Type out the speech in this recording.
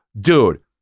dude